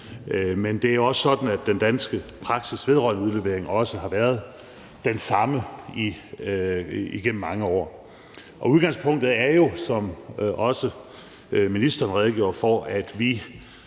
Men det er jo også sådan, at den danske praksis vedrørende udlevering har været den samme igennem mange år. Udgangspunktet er jo, som også ministeren redegjorde for, at vi